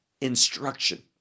instruction